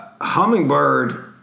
Hummingbird